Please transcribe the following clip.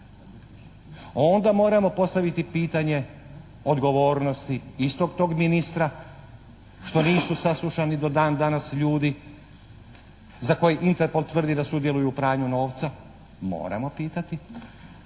Onda moramo postaviti pitanje odgovornosti istog tog ministra što nisu saslušani do dan danas ljudi za koje Interpol tvrdi da sudjeluju u pranju novca, moramo pitati,